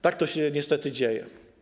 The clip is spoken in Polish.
Tak to się niestety dzieje.